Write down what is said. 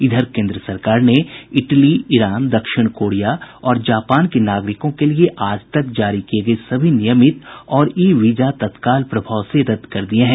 इधर केन्द्र सरकार ने इटली ईरान दक्षिण कोरिया और जापान के नागरिकों के लिए आज तक जारी किये गये सभी नियमित और ई वीजा तत्काल प्रभाव से रद्द कर दिये हैं